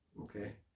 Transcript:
Okay